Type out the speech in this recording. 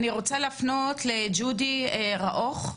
אני רוצה לפנות לג'ודי ראוך,